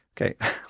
Okay